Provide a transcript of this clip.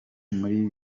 muri